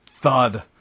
thud